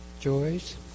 joys